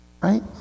Right